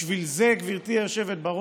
בשביל זה, גברתי היושבת-ראש,